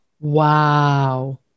Wow